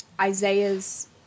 Isaiah's